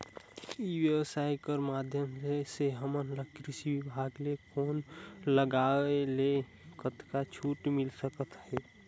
ई व्यवसाय कर माध्यम से हमन ला कृषि विभाग ले बोर लगवाए ले कतका छूट मिल सकत हे?